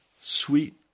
sweet